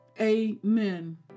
amen